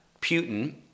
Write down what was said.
Putin